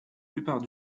plupart